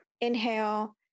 inhale